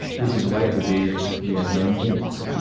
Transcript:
which is why today we have nine kings.